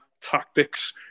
tactics